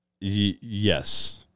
Yes